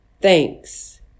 Thanks